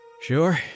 Sure